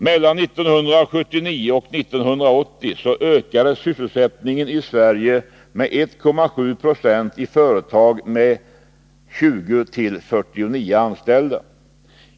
Mellan 1979 och 1980 ökade sysselsättningen i Sverige med 1,7 90 i företag med 20-49 anställda.